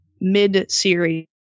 mid-series